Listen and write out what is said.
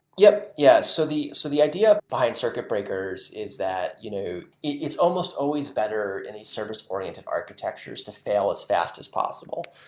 yup. yeah so the so the idea behind circuit breakers is that you know it's almost always better in a service-oriented architectures to fail as fast as possible,